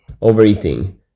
overeating